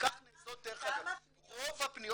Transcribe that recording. כך נעשות רוב הפניות